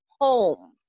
home